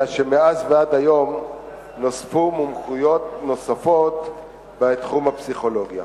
אלא שמאז ועד היום נוספו מומחיויות נוספות בתחום הפסיכולוגיה.